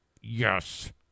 Yes